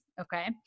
Okay